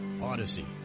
Odyssey